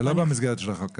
זה לא במסגרת של החוק הזה.